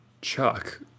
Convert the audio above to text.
Chuck